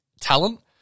talent